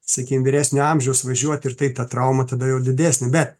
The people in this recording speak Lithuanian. sakykim vyresnio amžiaus važiuot ir tai ta trauma tada jau didesnė bet